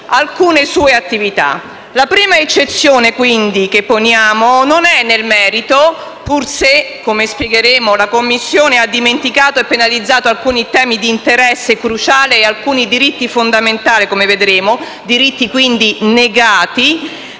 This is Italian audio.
alcune sue attività. La prima eccezione che poniamo non è quindi nel merito, anche se, come spiegheremo, la Commissione ha dimenticato e penalizzato alcuni temi d'interesse cruciale e alcuni diritti fondamentali, come vedremo; si tratta quindi di